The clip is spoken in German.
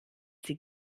sie